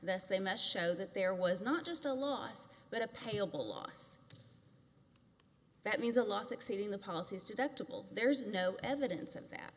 thus they must show that there was not just a loss but a payable loss that means a loss exceeding the policy is deductible there is no evidence of that